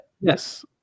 Yes